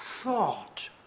thought